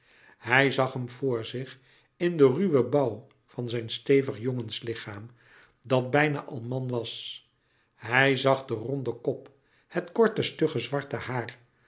hij zag hem voor zich in den ruwen bouw van zijn stevig jongenslichaam dat bijna al man was hij zag den ronden kop het korte stugge zwarte haar